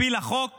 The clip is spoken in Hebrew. הפילה חוק